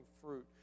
fruit